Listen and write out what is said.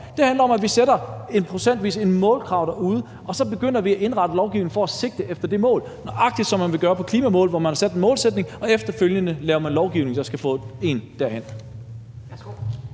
handler om, nemlig at vi fastsætter et procentvist målkrav, og så begynder at indrette lovgivningen for at sigte efter det mål, nøjagtig som man vil gøre med hensyn til klimamålene, hvor man har sat en målsætning og efterfølgende laver lovgivning, der skal få os derhen.